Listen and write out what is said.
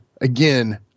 again